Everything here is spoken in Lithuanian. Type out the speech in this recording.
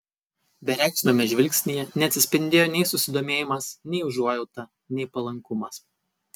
bereikšmiame žvilgsnyje neatsispindėjo nei susidomėjimas nei užuojauta nei palankumas